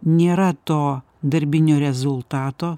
nėra to darbinio rezultato